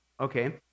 Okay